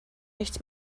nichts